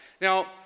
Now